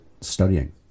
studying